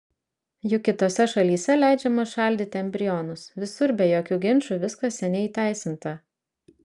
juk kitose šalyse leidžiama šaldyti embrionus visur be jokių ginčų viskas seniai įteisinta